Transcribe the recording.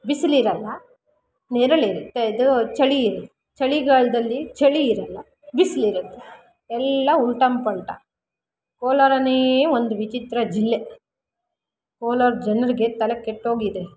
ಬಿಸಿಲಿರಲ್ಲ ನೆರಳಿರುತ್ತೆ ಇದು ಚಳಿ ಇರು ಚಳಿಗಾಲದಲ್ಲಿ ಚಳಿ ಇರಲ್ಲ ಬಿಸಿಲಿರುತ್ತೆ ಎಲ್ಲ ಉಲ್ಟಮ್ ಪಲ್ಟಾ ಕೋಲಾರನೇ ಒಂದು ವಿಚಿತ್ರ ಜಿಲ್ಲೆ ಕೋಲಾರದ ಜನರಿಗೆ ತಲೆ ಕೆಟ್ಟೋಗಿದೆ